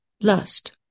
Lust